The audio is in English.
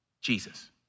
Jesus